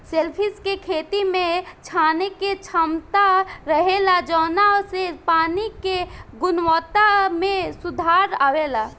shellfish के खेती में छाने के क्षमता रहेला जवना से पानी के गुणवक्ता में सुधार अवेला